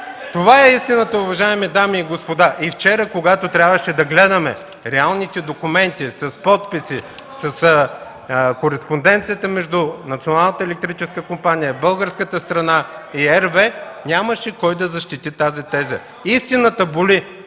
Това е истината, уважаеми дами и господа. И вчера, когато трябваше да гледаме реалните документи с подписи, кореспонденцията между Националната електрическа компания, българската страна и RWE, нямаше кой да защити тази теза. Истината боли!